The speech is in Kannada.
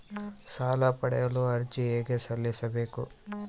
ಸಾಲ ಪಡೆಯಲು ಹೇಗೆ ಅರ್ಜಿ ಸಲ್ಲಿಸಬೇಕು?